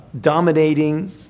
dominating